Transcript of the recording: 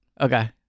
Okay